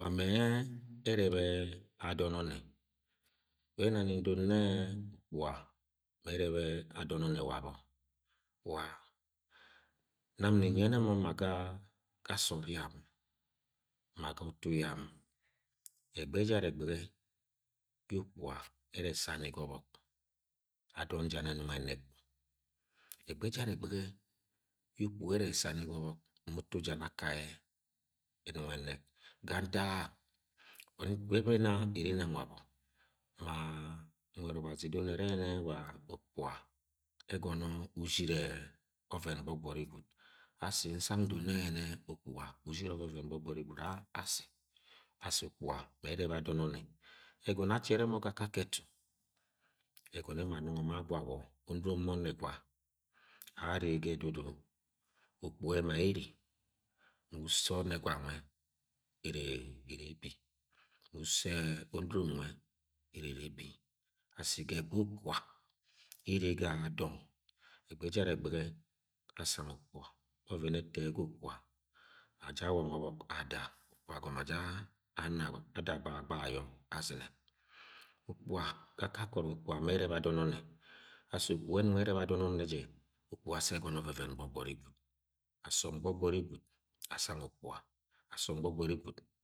ẹrẹbẹ adọn ọnne bẹ ẹnaṁ ndot nẹ okpuga mẹ ẹrẹbẹ adọn ọnnẹ wabọ wa-a-nani ni nyẹnẹ mọ ma ga-a-sood yan ma ga utu yan ẹgbẹgẹ ẹ jara ẹgbẹgẹ yẹ okpuya ẹrọ ẹsani ga ọbọk adọn ja ni ẹnug ẹnẹg ẹgbẹgẹ ẹjara ẹgbẹgẹ yẹ okpuga ẹrẹ ẹsani ga ọbọk ma utu jer ni akai enung ẹnẹg ga ntak ga, bẹ ẹna ene nang wabọ ma-a-nwed ọbazi edoro ni enẹ yẹne wa okpuga ẹgọnọ ujiri-e-ọvẹn gbogbori gwud asi nsang ndot nẹ yẹnẹ okpukga usiri covẹn gbọgbọri gwud a-asi asi okpuga mẹ ẹrẹbẹ adọn ọnnẹ ẹgọnọ achẹvẹ mo̠ ga akake, etu ẹgọnọ ma nungo ma gwawo̠ oonuron oma o̠ne̠gwu are ga ẹdudu okpuga ẹma ere ma uso ọnẹgwu nuse̠ ere-e ene bi. uso yẹ onuron nusẹ ẹrẹ ene bi asi ga ẹgbẹ ejaru ẹgbẹgẹ asang okupa, ọvẹn ẹto yẹ ga okpuga aja awọnọ ọbọk ada agọno aja-a-ana bọ. ada gbahagbaha ayo. azine okpuga ga akakẹ ọrọk okpuga mẹ ẹrẹbẹ adọn ọnne jẹ okpuga asi egonọ ovẹn gbogbori gwud asọn gbọgbori gwud asang okpuga aso̠n abọgbori gwud.